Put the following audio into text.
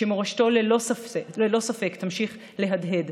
ומורשתו ללא ספק תמשיך להדהד,